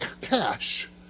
cash